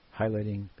highlighting